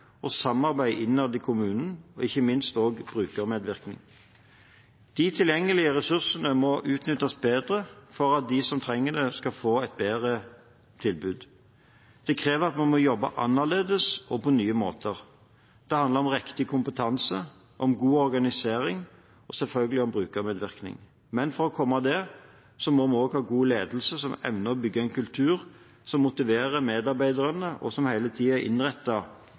og samarbeid innad i kommunen og ikke minst også brukermedvirkning. De tilgjengelige ressursene må utnyttes bedre for at de som trenger det, skal få et bedre tilbud. Det krever at vi må jobbe annerledes og på nye måter. Det handler om riktig kompetanse, om god organisering og selvfølgelig om brukermedvirkning. Men for å komme dit må vi også ha god ledelse som evner å bygge en kultur som motiverer medarbeiderne, og som hele tiden er